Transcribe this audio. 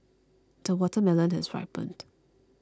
the watermelon has ripened